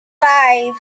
five